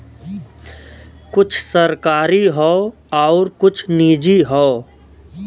कुछ सरकारी हौ आउर कुछ निजी हौ